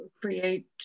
create